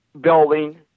building